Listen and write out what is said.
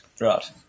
Right